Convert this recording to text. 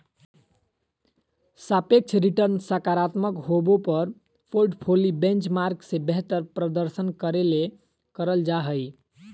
सापेक्ष रिटर्नसकारात्मक होबो पर पोर्टफोली बेंचमार्क से बेहतर प्रदर्शन करे ले करल जा हइ